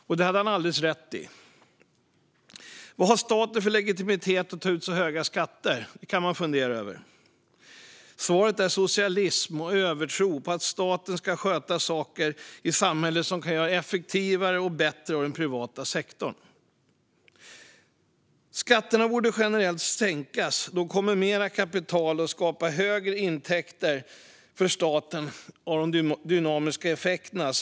Och det hade han alldeles rätt i. Vad har staten för legitimitet att ta ut så höga skatter? Det kan man fundera över. Svaret är socialism och en övertro på att staten ska sköta saker i samhället som kan göras effektivare och bättre av den privata sektorn. Skatterna borde generellt sänkas. Då kommer mer kapital att skapa högre intäkter för staten genom de dynamiska effekterna.